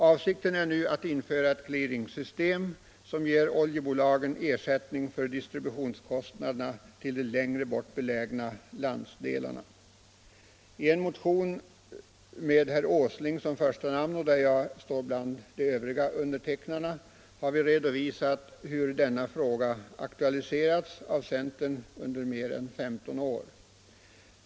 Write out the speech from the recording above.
Avsikten är nu att införa ett clearingsystem som ger oljebolagen ersättning för distributionskostnaderna när det gäller de längre bort belägna landsdelarna. I en motion med herr Åsling som första namn och där jag står bland de övriga undertecknarna har vi redovisat hur denna fråga aktualiserats av centern under mer än 15 år.